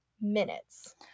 minutes